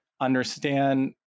understand